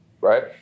right